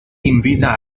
invita